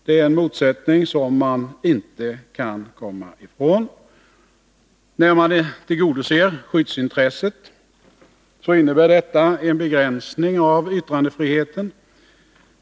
Det är en motsättning som man inte kan komma ifrån. När man tillgodoser skyddsintresset innebär det en begränsning av yttrandefriheten.